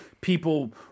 people